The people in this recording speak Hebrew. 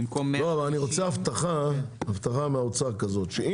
במקום 150 --- אני רוצה הבטחה מהאוצר שאם